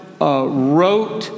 wrote